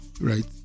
right